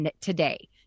today